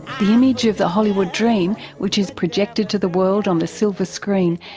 the image of the hollywood dream, which is projected to the world on the silver screen,